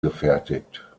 gefertigt